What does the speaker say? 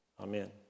Amen